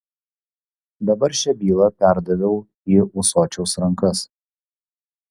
dabar šią bylą perdaviau į ūsočiaus rankas